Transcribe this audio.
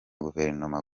guverinoma